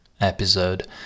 episode